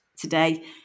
today